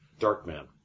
Darkman